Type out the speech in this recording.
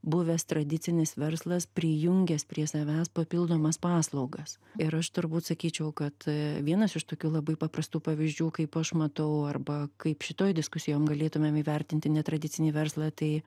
buvęs tradicinis verslas prijungęs prie savęs papildomas paslaugas ir aš turbūt sakyčiau kad vienas iš tokių labai paprastų pavyzdžių kaip aš matau arba kaip šitoj diskusijom galėtumėm įvertinti netradicinį verslą tai